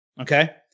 okay